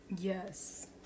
Yes